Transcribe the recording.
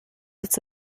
its